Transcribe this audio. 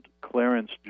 Clarence